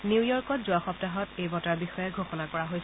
নিউয়ৰ্কত যোৱা সপ্তাহত এই বঁটাৰ বিষয়ে ঘোষণা কৰা হৈছিল